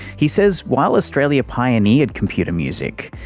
he says while australia pioneered computer music,